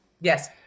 Yes